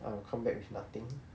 I'll come back with nothing